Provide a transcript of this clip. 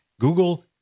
Google